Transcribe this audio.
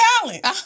talent